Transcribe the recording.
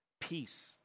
peace